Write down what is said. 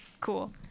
cool